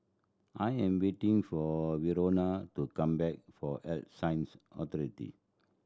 I am waiting for Verona to come back for Health Sciences Authority